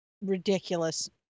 ridiculous